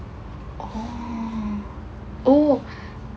oo oh